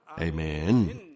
Amen